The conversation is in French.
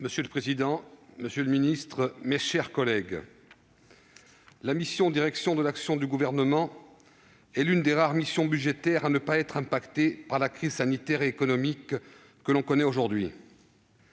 Monsieur le président, monsieur le ministre, mes chers collègues, la mission « Direction de l'action du Gouvernement » est l'une des rares missions budgétaires à ne pas être affectée par la crise sanitaire et économique que connaît notre